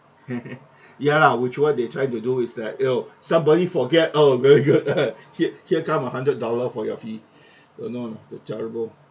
ya lah which what they trying to do is that yo somebody forget oh very good uh here here come a hundred dollar for your fee don't know lah terrrible